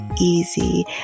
easy